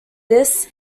this